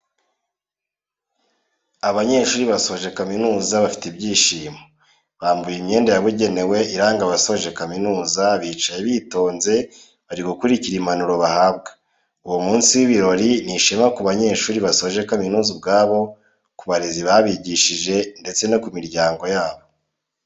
Abanyeshuri basoje kamizuza bafite ibyishimo, bambaye imyenda yabugenewe iranga abasoje kaminuza bicaye bitonze bari gukurikira impanuro bahabwa, uwo munsi w'ibirori ni ishema ku banyeshuri basoje kaminuza ubwabo, ku barezi babigishije ndetse no ku miryango yabo.